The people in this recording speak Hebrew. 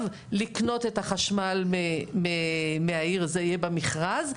לקנות את החשמל מהעיר זה יהיה במכרז,